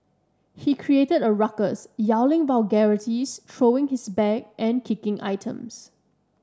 he created a ruckus yelling vulgarities throwing his bag and kicking items